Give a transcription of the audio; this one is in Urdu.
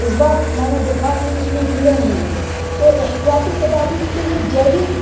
اس بار میں نے دیکھا کہ اس میں کیڑے نہیں لگیں تو احتیاطی تدابیر کے لیے جیوک